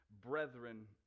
Brethren